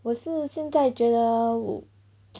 我是现在觉得